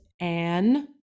Anne